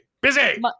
Busy